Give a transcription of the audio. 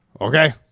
Okay